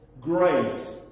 grace